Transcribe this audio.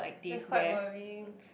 that's quite worrying